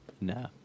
no